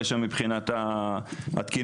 מחויב בשתי ניידות,